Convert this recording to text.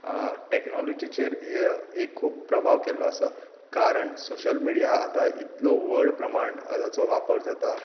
टेक्नोलोजीचेर एक खूब प्रभाव केल्लो आसा कारण सोशल मिडिया आतां इतलो व्हड प्रमाणाचो वापर जाता